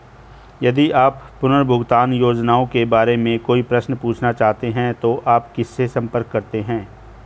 यदि आप पुनर्भुगतान योजनाओं के बारे में कोई प्रश्न पूछना चाहते हैं तो आप किससे संपर्क करते हैं?